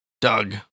Doug